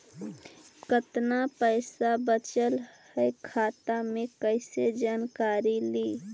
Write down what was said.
कतना पैसा बचल है खाता मे कैसे जानकारी ली?